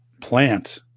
plant